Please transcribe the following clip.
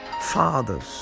fathers